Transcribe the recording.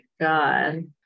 God